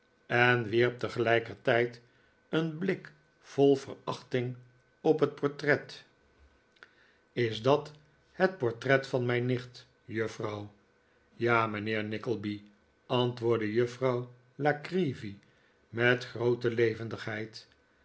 en wierp tegelijkertijd een blik vol verachting op het portret is dat het portret van mijn nicht juffrouw ja mijnheer nickleby antwoordde juffrouw la creevy met groote levendigheid